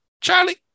Charlie